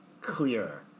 clear